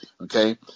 Okay